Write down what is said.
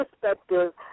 perspective